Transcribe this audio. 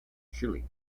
chilly